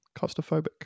costophobic